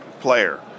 player